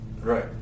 right